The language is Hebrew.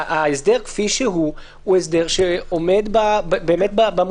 ההסדר כפי שהוא הוא הסדר שעומד במובן